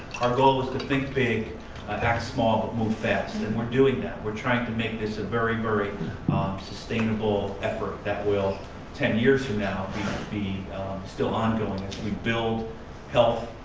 our goal is to think big, act small, but move fast. and we're doing that, we're trying to make this a very, very sustainable effort that will ten years from now be still ongoing as we build health,